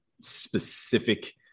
specific